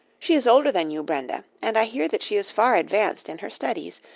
she is older than you, brenda, and i hear that she is far advanced in her studies.